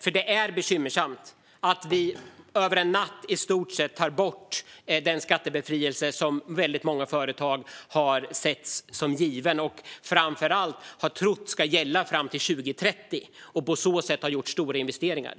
för det är bekymmersamt att vi över en natt i stort sett tar bort den skattebefrielse som väldigt många företag har sett som given och har trott ska gälla fram till 2030 och därför har gjort stora investeringar.